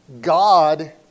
God